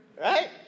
Right